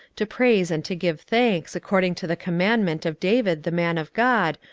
to praise and to give thanks, according to the commandment of david the man of god,